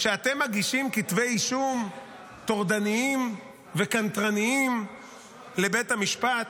שאתם מגישים כתבי אישום טורדניים וקנטרניים לבית המשפט?